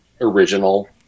original